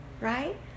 right